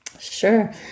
Sure